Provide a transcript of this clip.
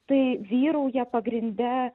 tai vyrauja pagrinde